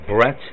Brett